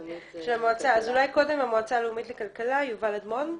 אולי קודם המועצה הלאומית, יובל אדמון,